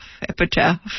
epitaph